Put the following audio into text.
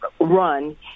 run